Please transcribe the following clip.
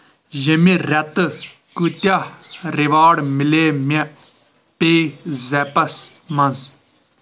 ییٚمہِ رٮ۪تہٕ کۭتیاہ ریوارڑ مِلے مےٚ پے زیپس منٛز